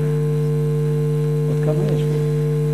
עוד כמה יש לי?